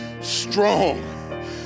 strong